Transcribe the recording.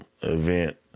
event